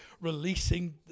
releasing